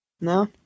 No